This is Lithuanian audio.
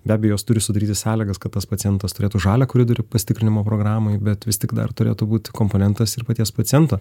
be abejo jos turi sudaryti sąlygas kad tas pacientas turėtų žalią koridorių pasitikrinimo programai bet vis tik dar turėtų būti komponentas ir paties paciento